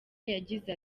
yagize